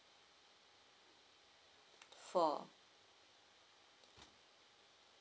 four